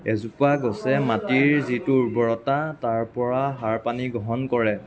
এজোপা গছে মাটিৰ যিটো উৰ্বৰতা তাৰ পৰা সাৰ পানী গ্ৰহণ কৰে